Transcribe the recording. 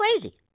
crazy